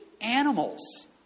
animals